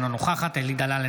אינה נוכחת אלי דלל,